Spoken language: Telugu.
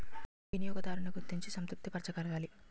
వినియోగదారున్ని గుర్తించి సంతృప్తి పరచగలగాలి